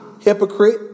Hypocrite